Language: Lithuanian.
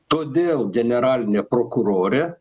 todėl generalinė prokurorė